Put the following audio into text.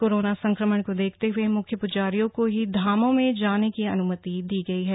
corona संकमण को देखते हुए मुख्य पुजारियों को ही धामों में जाने की अनुमति दी गई है